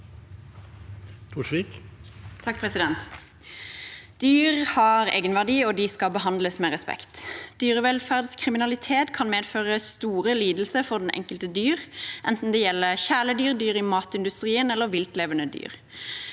Dyr har egenverdi og skal behandles med respekt. Dyrevelferdskriminalitet kan medføre store lidelser for det enkelte dyr, enten det gjelder kjæledyr, dyr i matindustrien eller viltlevende dyr.